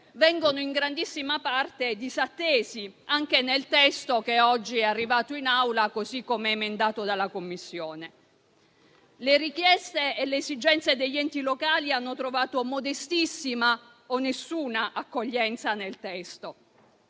vengono in grandissima parte disattesi, anche nel testo che oggi è arrivato in Aula, così come emendato dalla Commissione. Le richieste e le esigenze degli enti locali hanno trovato modestissima o nessuna accoglienza nel testo.